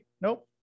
Nope